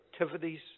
activities